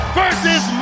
versus